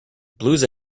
blues